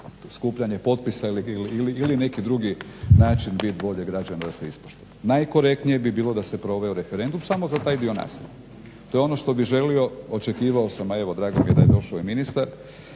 skupljanje potpisa ili neki drugi način bit bolje građana da se ispoštuje. Najkorektnije bi bilo da se proveo referendum samo za taj dio naselja. To je ono što bih želio, očekivao sam, a evo drago mi je da je došao i ministar